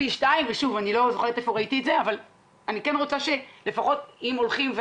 אני לא זוכרת איפה קראתי את זה אבל אני רוצה שאם הולכים,